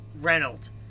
Reynolds